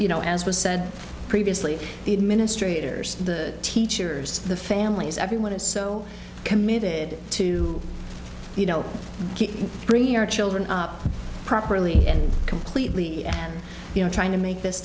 you know as was said previously the administrators the teachers the families everyone is so committed to you know keep bringing our children up properly and completely and you know trying to make this